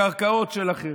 הקרקעות שלכם,